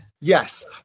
Yes